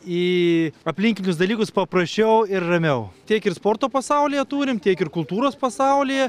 į aplinkinius dalykus paprasčiau ir ramiau tiek ir sporto pasaulyje turim tiek ir kultūros pasaulyje